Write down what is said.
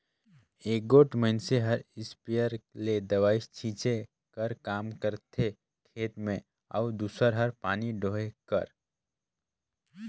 एगोट मइनसे हर इस्पेयर ले दवई छींचे कर काम करथे खेत में अउ दूसर हर पानी डोहे कर